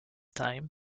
time